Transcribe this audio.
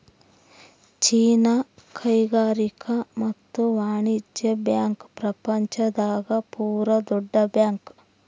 ಚೀನಾದ ಕೈಗಾರಿಕಾ ಮತ್ತು ವಾಣಿಜ್ಯ ಬ್ಯಾಂಕ್ ಪ್ರಪಂಚ ದಾಗ ಪೂರ ದೊಡ್ಡ ಬ್ಯಾಂಕ್